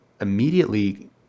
immediately